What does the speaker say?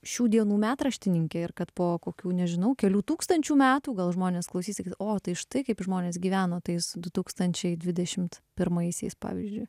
šių dienų metraštininkė ir kad po kokių nežinau kelių tūkstančių metų gal žmonės klausys o tai štai kaip žmonės gyveno tais du tūkstančiai dvidešimt pirmaisiais pavyzdžiui